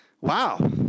wow